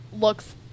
looks